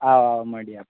આવો આવો મળીએ આપણે